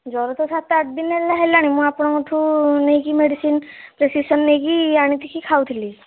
ଜ୍ୱର ତ ସାତ ଆଠ ଦିନ ହେଲା ହେଲାଣି ମୁଁ ଆପଣଙ୍କଠାରୁ ନେଇକି ମେଡ଼ିସିନ୍ ପ୍ରେସ୍କ୍ରିପ୍ସନ୍ ନେଇକି ଆଣିକି ଖାଉଥିଲି